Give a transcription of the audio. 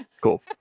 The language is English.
cool